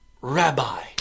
Rabbi